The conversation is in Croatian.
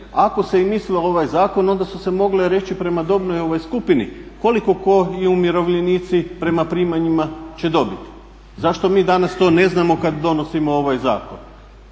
ako se i mislilo ovaj zakon onda su se mogle reći prema dobnoj skupini koliko tko i umirovljenici prema primanjima će dobiti. Zašto mi danas to ne znamo kad donosimo ovaj zakon?